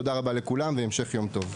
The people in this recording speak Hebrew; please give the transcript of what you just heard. תודה רבה לכולם והמשך יום טוב.